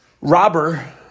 robber